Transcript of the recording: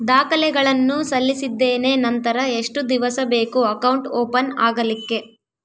ದಾಖಲೆಗಳನ್ನು ಸಲ್ಲಿಸಿದ್ದೇನೆ ನಂತರ ಎಷ್ಟು ದಿವಸ ಬೇಕು ಅಕೌಂಟ್ ಓಪನ್ ಆಗಲಿಕ್ಕೆ?